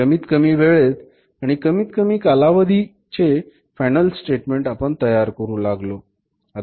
आणि कमीत कमी वेळेत आणि कमीत कमी कालावधीचे फायनल स्टेटमेंट आपण तयार करू लागलो